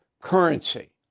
currency